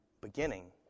beginning